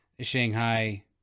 Shanghai